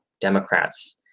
Democrats